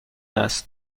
است